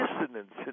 dissonance